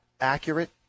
accurate